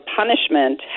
punishment